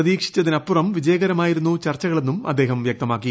പ്രതീക്ഷിച്ചതിനപ്പുറം വിജയകരമായിരുന്നു ചർച്ചകളെന്നും അദ്ദേഹം വൃക്തമാക്കി